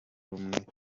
rumwe